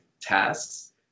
tasks